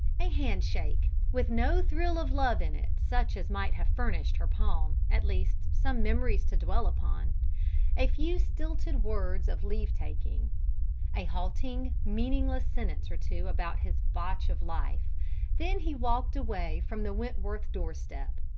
a handshake, with no thrill of love in it such as might have furnished her palm, at least, some memories to dwell upon a few stilted words of leave-taking a halting, meaningless sentence or two about his botch of life then he walked away from the wentworth doorstep.